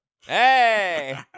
Hey